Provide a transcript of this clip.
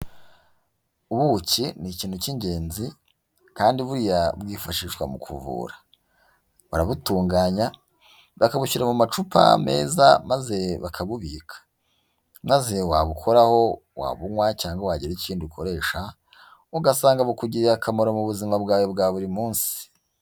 Ubuki ni ikintu cy'ingenzi, kandi burya bwifashishwa mu kuvura. Barabutunganya bakabushyira mu macupa meza maze bakabubika. Maze wabukoraho, wabunywa cyangwa wagira ikindi ubukoresha, ugasanga bukugiriye akamaro mu buzima bwawe bwa buri munsi.